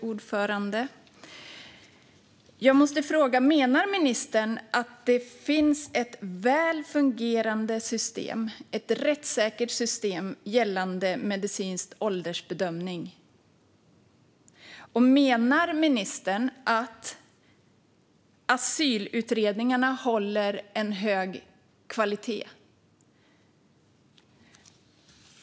Fru talman! Jag måste fråga: Menar ministern att det finns ett väl fungerande system, ett rättssäkert system, gällande medicinsk åldersbedömning? Och menar ministern att asylutredningarna håller en hög kvalitet?